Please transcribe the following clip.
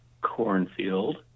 cornfield